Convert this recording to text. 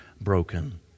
broken